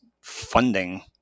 funding